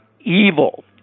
evil